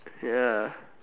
ya